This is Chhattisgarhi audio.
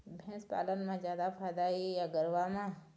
भैंस पालन म जादा फायदा हे या गरवा म?